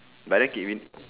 but right given